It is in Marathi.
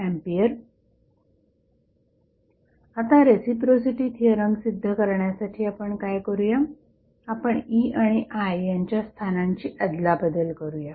5A आता रेसिप्रोसिटी थिअरम सिद्ध करण्यासाठी आपण काय करूया आपण E आणि I यांच्या स्थानांची अदलाबदल करूया